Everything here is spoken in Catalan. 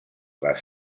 les